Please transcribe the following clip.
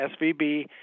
SVB